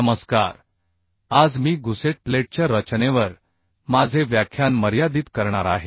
नमस्कार आज मी गुसेट प्लेटच्या रचनेवर माझे व्याख्यान मर्यादित करणार आहे